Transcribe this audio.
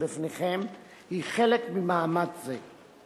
היא חלק ממאמץ זה.